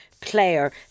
player